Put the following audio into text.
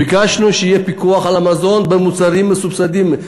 ביקשנו שיהיה פיקוח על המזון במוצרים מסובסדים,